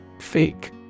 Fake